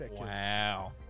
Wow